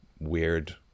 weird